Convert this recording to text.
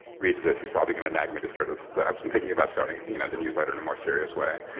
reads this, he's probably going to nag me to start ah i've been thinking about starting you know the newsletter in a more serious way.